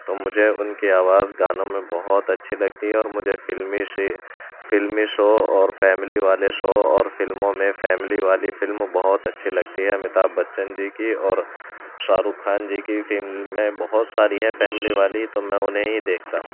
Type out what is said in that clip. تو مجھے ان کی آواز گانوں میں بہت اچھی لگتی ہے اور مجھے فلمی شے فلمی شو اور فیملی والے شو اور فلموں میں فیملی والی فلم بہت اچھی لگتی ہے امیتابھ بچن جی کی اور شاہ رخ خان جی کی فلمیں بہت ساری ہیں فیملی والی تو میں انہیں ہی دیکھتا ہوں